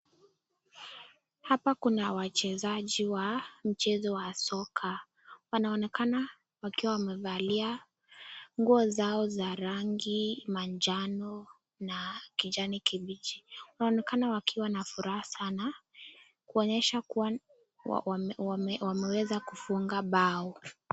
Hapa kuna wachezaji wa mchezo wa soka. Wanaonekana wakiwa wamevalia nguo zao za rangi, manjano na kijani kibiji. Wanaonekana wakiwa na furaha sana kuonyesha kuwa wameweza kufunga bao.